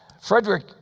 Frederick